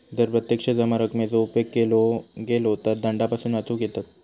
जर प्रत्यक्ष जमा रकमेचो उपेग केलो गेलो तर दंडापासून वाचुक येयत